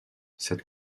cette